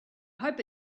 hope